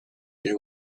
there